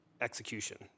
execution